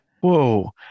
Whoa